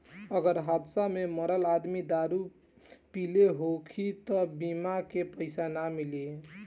अगर हादसा में मरल आदमी दारू पिले होखी त बीमा के पइसा ना मिली